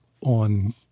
on